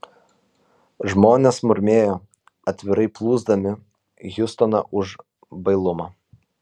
žmonės murmėjo atvirai plūsdami hiustoną už bailumą